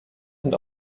sind